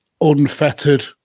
unfettered